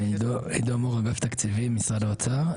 עידו מור, אגף תקציבים, משרד האוצר.